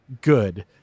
good